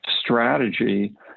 strategy